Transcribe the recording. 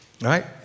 Right